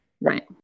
Right